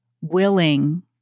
willing